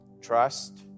trust